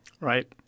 Right